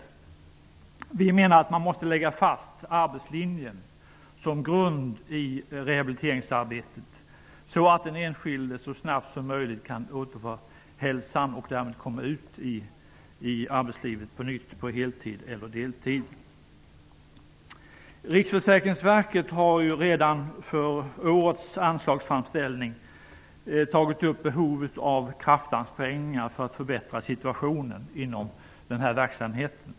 Socialdemokraterna menar att man måste lägga fast arbetslinjen som grund i rehabiliteringsarbetet så att den enskilde så snabbt som möjligt kan återfå hälsan och därmed komma ut i arbetslivet på nytt på hel eller deltid. Riksförsäkringsverket har redan för årets anslagsframställning tagit upp behovet av kraftansträngningar för att förbättra situationen inom rehabiliteringsverksamheten.